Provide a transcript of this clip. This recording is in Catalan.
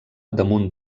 damunt